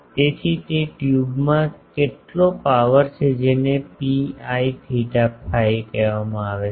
તેથી તે ટ્યુબમાં કેટલી પાવર છે જેને P i theta phi કહેવામાં આવે છે